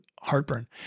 heartburn